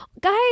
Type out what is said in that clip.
Guys